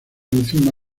encima